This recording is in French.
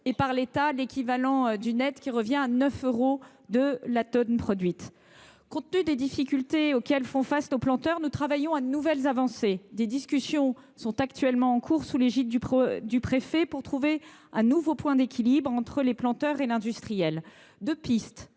et par l’État de l’équivalent du net, revenant à 9 euros par tonne produite. Compte tenu des difficultés auxquelles sont confrontés les planteurs, nous travaillons à de nouvelles avancées et des discussions sont en cours sous l’égide du préfet pour trouver un nouveau point d’équilibre entre les planteurs et l’industriel. Deux pistes